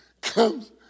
Comes